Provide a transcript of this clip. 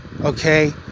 Okay